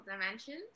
dimensions